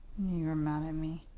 you were mad at me.